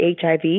HIV